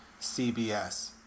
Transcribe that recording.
CBS